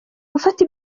gufata